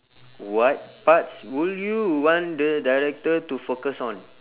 what parts will you want the director to focus on